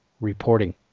reporting